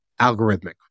algorithmic